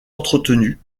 entretenu